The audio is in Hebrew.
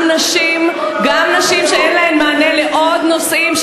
גם נשים שאין להן מענה בעוד נושאים,